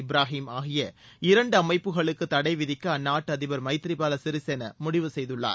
இப்ராஹிம் ஆகிய இரண்டு அமைப்புகளுக்கு தடை விதிக்க அந்நாட்டு அதிபர் மைத்ரி பால சிறிசேனா முடிவு செய்துள்ளார்